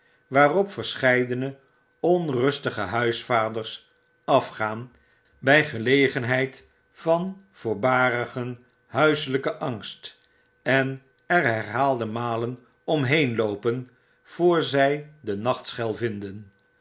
waarop verscheidene onrustige huisvaders afgaan bij gelegenheid van voorbarigen huiselpen angst en er herhaalde malen omheen loopen voor zij de nachtschel vinden